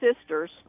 sisters